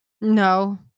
No